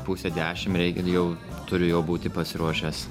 pusę dešim reikia jau turiu jau būti pasiruošęs